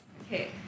Okay